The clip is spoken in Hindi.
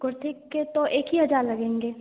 कुर्ते के तो एक ही हजार लगेंगे